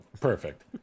Perfect